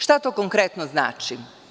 Šta to konkretno znači?